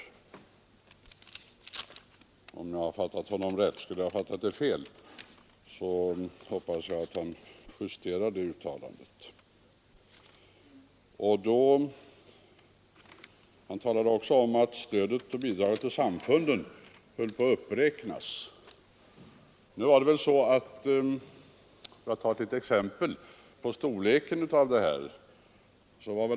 Skulle jag ha fattat honom fel, så hoppas jag att han justerar det uttalandet. Han talade också om att stödet till samfunden håller på att uppräknas. Jag vill ta ett exempel för att belysa det stödets storlek.